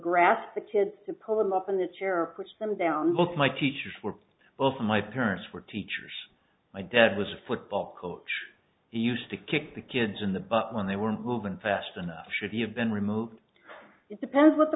grasp the kids to pull him up in the chair or push them down both my teachers were both my parents were teachers my dad was a football coach he used to kick the kids in the butt when they weren't moving fast enough should have been removed it depends what the